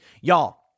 Y'all